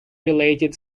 related